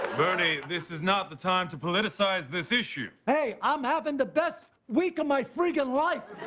bernie, this is not the time to politicize this issue. hey, i'm having the best week of my freakin' life.